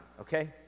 okay